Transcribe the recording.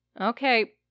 okay